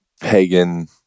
pagan